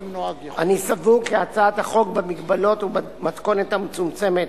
אני סבור כי הצעת החוק במגבלות ובמתכונת המצומצמת